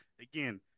again